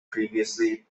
previously